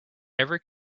every